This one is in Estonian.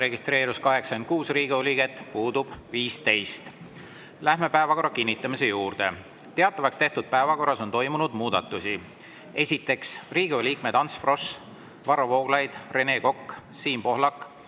registreerus 86 Riigikogu liiget, puudub 15.Läheme päevakorra kinnitamise juurde. Teatavaks tehtud päevakorras on toimunud muudatusi. Esiteks, Riigikogu liikmed Ants Frosch, Varro Vooglaid, Rene Kokk, Siim Pohlak,